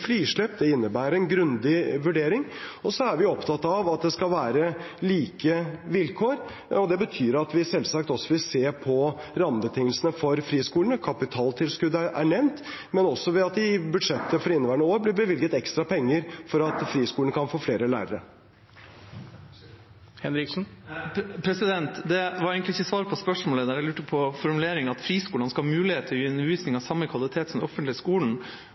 frislipp; det innebærer en grundig vurdering. Vi er opptatt av at det skal være like vilkår, og det betyr at vi selvsagt vil se på rammebetingelsene for friskolene – kapitaltilskuddet er nevnt – og også at det i budsjettet for inneværende år har blitt bevilget ekstra penger, slik at friskolene kan få flere lærere. Det var egentlig ikke svar på spørsmålet. Jeg lurte på formuleringen om at friskolene skal ha mulighet til å gi undervisning av samme kvalitet som den offentlige skolen.